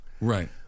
right